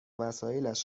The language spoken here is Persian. وسایلش